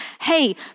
Hey